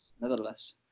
Nevertheless